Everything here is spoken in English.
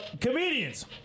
Comedians